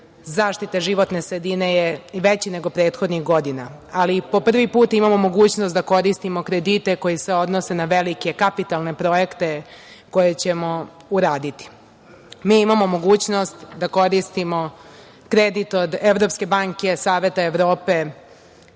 zaštite životne sredine je veći nego prethodnih godina, ali po prvi put imamo mogućnost da koristimo kredite koji se odnose na velike kapitalne projekte koje ćemo uraditi. Mi imamo mogućnost da koristimo kredit od Evropske banke, Saveta Evrope